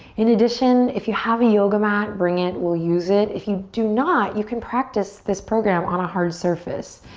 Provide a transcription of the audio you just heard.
in addition, if you have a yoga mat, bring it. we'll use it. if you do not, you can practice this program on a hard surface.